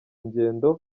ngendo